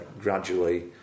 gradually